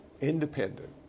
Independent